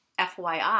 FYI